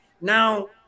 Now